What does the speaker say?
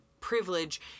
privilege